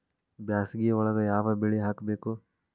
ಬ್ಯಾಸಗಿ ಒಳಗ ಯಾವ ಬೆಳಿ ಹಾಕಬೇಕು?